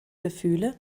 gefühle